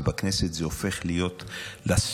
ובכנסת זה הופך להיות לסיפור.